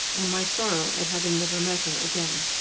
and my sorrow at having never met her again.